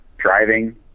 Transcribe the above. driving